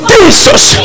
Jesus